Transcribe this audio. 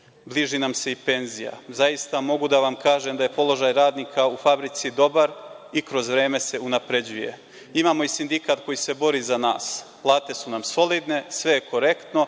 bliži nam se i penzija; zaista, mogu da vam kažem da je položaj radnika u fabrici dobar i kroz vreme se unapređuje; imamo i sindikat koji se bori za nas; plate su nam solidne, sve je korektno,